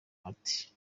ati